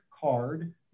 card